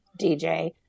dj